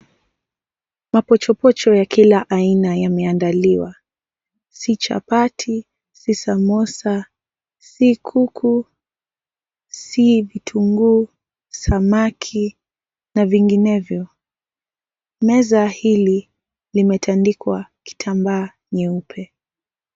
Mapochopocho ya kila aina yameandaliwa si chapati, si samosa, si kuku, si vitunguu, samaki na vinginevyo. Meza hili limeandikwa kitambaa nyeupe .